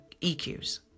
EQs